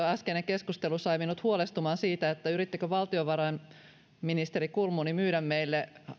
äskeinen keskustelu sai minut huolestumaan siitä yrittikö valtiovarainministeri kulmuni myydä meille